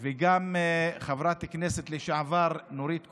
וגם חברת הכנסת לשעבר נורית קורן.